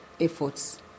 efforts